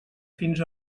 fins